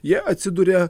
jie atsiduria